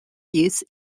use